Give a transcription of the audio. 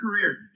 career